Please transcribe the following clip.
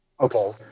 Okay